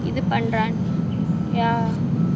இது பன்றான் yeah